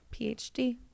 PhD